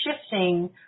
shifting